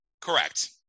Correct